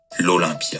L'Olympia